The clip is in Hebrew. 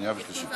והבנייה (תיקון מס' 120),